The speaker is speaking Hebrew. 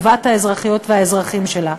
טובת האזרחיות והאזרחים שלה.